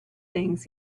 things